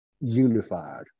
unified